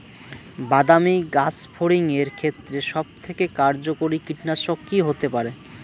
বাদামী গাছফড়িঙের ক্ষেত্রে সবথেকে কার্যকরী কীটনাশক কি হতে পারে?